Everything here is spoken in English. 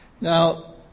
Now